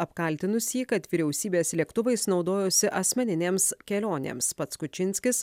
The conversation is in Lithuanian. apkaltinus jį kad vyriausybės lėktuvais naudojosi asmeninėms kelionėms pats kučinskis